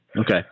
Okay